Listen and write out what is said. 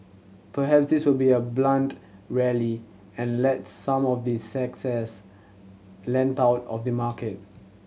perhaps this will be a blunt rally and let some of the length out of the market